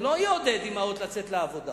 זה לא יעודד אמהות לצאת לעבודה,